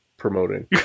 promoting